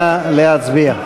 נא להצביע.